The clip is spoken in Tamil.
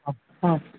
ஆ ஆ